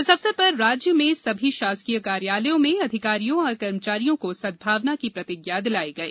इस अवसर पर राज्य में सभी शासकीय कार्यालयों में अधिकारियों और कर्मचारियों को सदभावना की प्रतिज्ञा दिलाई गई